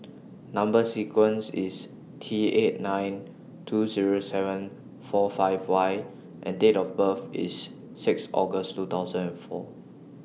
Number sequence IS T eight nine two Zero seven four five Y and Date of birth IS six August two thousand and four